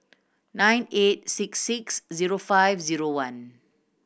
nine eight six six zero five zero one